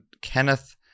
kenneth